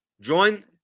join